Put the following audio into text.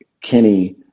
Kenny